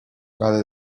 rather